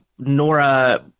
Nora